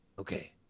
Okay